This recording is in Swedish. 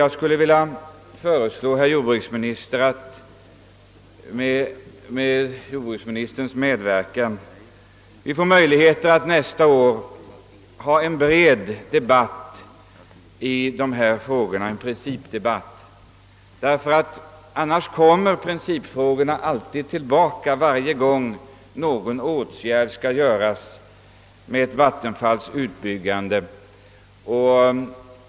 Jag skulle vilja föreslå jordbruksministern att han nästa år ger oss möjlighet att ha en principdebatt, ty annars kommer principfrågorna alltid tillbaka varje gång en åtgärd skall vidtas i samband med att ett vattenfall skall byggas ut.